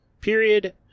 period